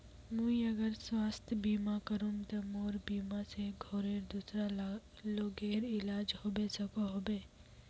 मुई अगर स्वास्थ्य बीमा करूम ते मोर बीमा से घोरेर दूसरा लोगेर इलाज होबे सकोहो होबे?